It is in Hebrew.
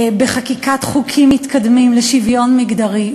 בחקיקת חוקים מתקדמים לשוויון מגדרי.